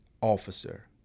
officer